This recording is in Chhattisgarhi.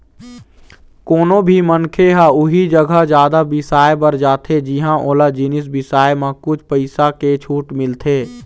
कोनो भी मनखे ह उही जघा जादा बिसाए बर जाथे जिंहा ओला जिनिस बिसाए म कुछ पइसा के छूट मिलथे